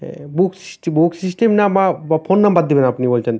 হ্যাঁ বুক সিস্টেম না বা ফোন নম্বর দেবেন আপনি বলছেন